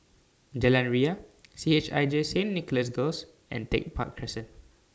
Jalan Ria C H I J Saint Nicholas Girls and Tech Park Crescent